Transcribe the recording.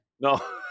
No